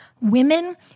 women